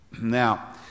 Now